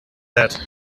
that